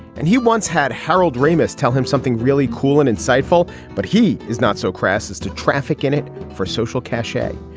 and he once had harold ramis tell him something really cool and insightful but he is not so crass as to traffic in it for social cachet.